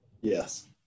Yes